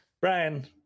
Brian